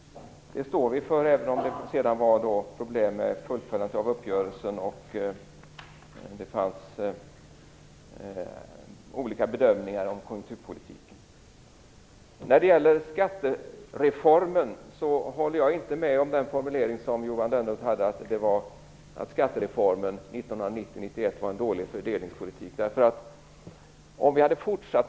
Det står vi för även om det sedan blev problem med fullföljandet av uppgörelsen och det fanns olika bedömningar om konjukturpolitiken. Jag håller inte med om den formulering som Johan Lönnroth hade om att det var en dålig fördelningspolitik i skattereformen 1990/91.